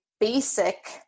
basic